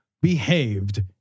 behaved